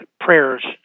prayers